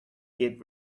git